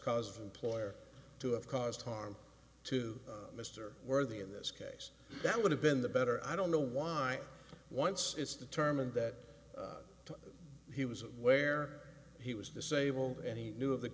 cause of employer to have caused harm to mr worthy in this case that would have been the better i don't know why once it's determined that he was where he was disabled and he knew of the